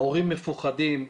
ההורים מפוחדים,